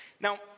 Now